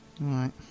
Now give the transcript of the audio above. Right